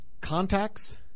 contacts